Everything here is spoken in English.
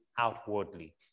outwardly